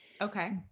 Okay